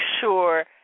sure